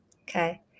Okay